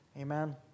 amen